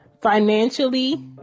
financially